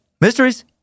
mysteries